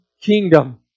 kingdom